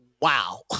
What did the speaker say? wow